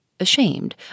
ashamed